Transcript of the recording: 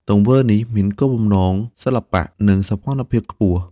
ទង្វើនេះមានគោលបំណងសិល្បៈ និងសោភ័ណភាពខ្ពស់។